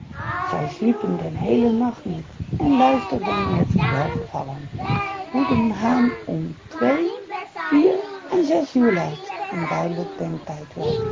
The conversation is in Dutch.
zij sliepen den heelen nacht niet en luisterden met welgevallen hoe de haan om twee vier en zes uur luid en duidelijk den tijd